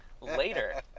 later